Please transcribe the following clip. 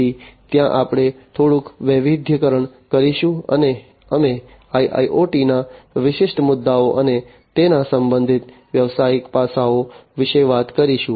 તેથી ત્યાં આપણે થોડું વૈવિધ્યીકરણ કરીશું અને અમે IIoT ના વિશિષ્ટ મુદ્દાઓ અને તેના સંબંધિત વ્યવસાયિક પાસાઓ વિશે વાત કરીશું